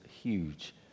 huge